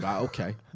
okay